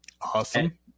Awesome